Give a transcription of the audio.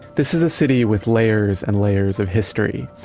this is a city with layers and layers of history.